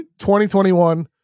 2021